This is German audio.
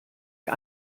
ihr